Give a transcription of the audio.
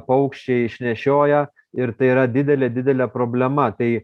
paukščiai išnešioja ir tai yra didelė didelė problema tai